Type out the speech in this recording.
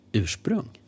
ursprung